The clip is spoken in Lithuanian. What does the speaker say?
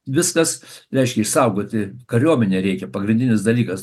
viskas reiškia išsaugoti kariuomenę reikia pagrindinis dalykas